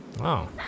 Wow